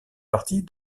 partie